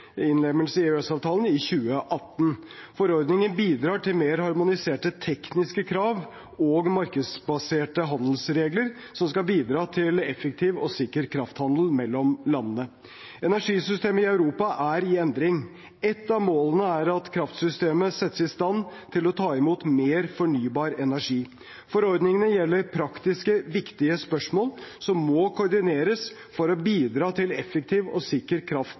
innlemmelse av i EØS-avtalen i 2018. Forordningene bidrar til mer harmoniserte tekniske krav og markedsbaserte handelsregler som skal bidra til effektiv og sikker krafthandel mellom landene. Energisystemet i Europa er i endring. Et av målene er at kraftsystemet settes i stand til å ta imot mer fornybar energi. Forordningene gjelder praktiske, viktige spørsmål som må koordineres for å bidra til effektiv og sikker